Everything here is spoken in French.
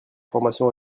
formation